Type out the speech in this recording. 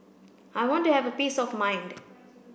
I want to have a peace of mind